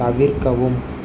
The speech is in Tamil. தவிர்க்கவும்